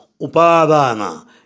upadana